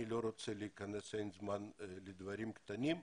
אני לא רוצה להיכנס לזה כי אין לנו זמן לדברים קטנים כאלה.